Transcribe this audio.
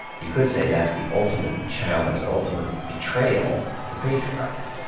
you could say that's the ultimate challenge, the ultimate betrayal, to patriarchy.